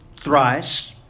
thrice